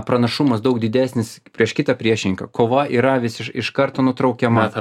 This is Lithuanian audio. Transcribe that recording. pranašumas daug didesnis prieš kitą priešininką kova yra vis iš karto nutraukiama